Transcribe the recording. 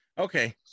Okay